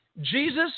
Jesus